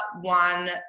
one